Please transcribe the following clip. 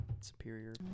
superior